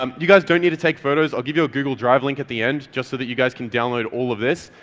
um you guys don't need to take photos, i'll give you a google drive link at the end just so that you guys can download all of this.